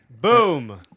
Boom